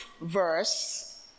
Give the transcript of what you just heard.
verse